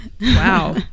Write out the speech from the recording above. Wow